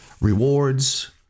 rewards